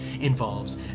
involves